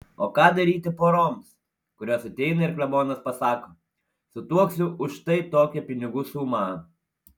o ką daryti poroms kurios ateina ir klebonas pasako sutuoksiu už štai tokią pinigų sumą